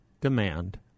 demand